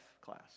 class